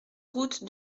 route